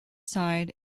side